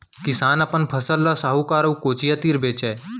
किसान अपन फसल ल साहूकार अउ कोचिया तीर बेचय